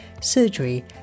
surgery